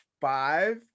five